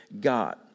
God